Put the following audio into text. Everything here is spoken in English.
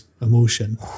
emotion